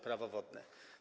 Prawo wodne.